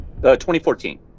2014